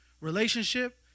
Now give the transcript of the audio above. relationship